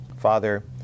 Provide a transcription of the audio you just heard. Father